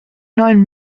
neuen